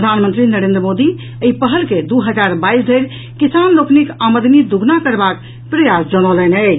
प्रधानमंत्री नरेन्द्र मोदी एहि पहल के दू हजार बाईस धरि किसान लोकनिक आमदनी दुगुना करबाक प्रयास जनौलनि अछि